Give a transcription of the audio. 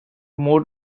more